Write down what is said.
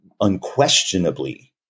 unquestionably